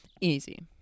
easy